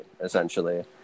essentially